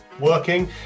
working